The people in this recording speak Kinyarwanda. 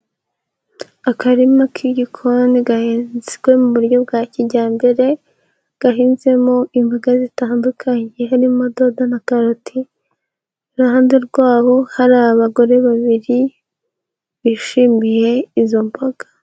Akarima k'igikoni gahinzwe mu buryo bwa kijyambere, gahinzemo imboga zitandukanye. Harimo dodo na karati, iruhande rwabo hari abagore babiri bishimiye izo mboga.